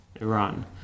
Iran